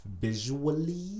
visually